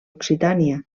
occitània